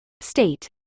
state